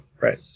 Right